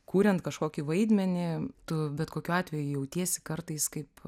kuriant kažkokį vaidmenį tu bet kokiu atveju jautiesi kartais kaip